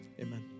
Amen